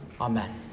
Amen